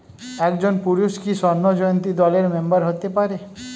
একজন পুরুষ কি স্বর্ণ জয়ন্তী দলের মেম্বার হতে পারে?